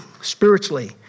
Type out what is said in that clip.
spiritually